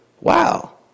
Wow